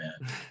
man